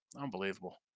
Unbelievable